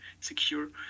secure